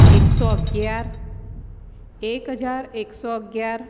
એકસો અગિયાર એક હજાર એકસો અગિયાર